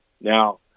Now